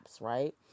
right